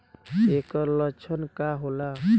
ऐकर लक्षण का होला?